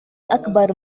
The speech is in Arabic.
أكبر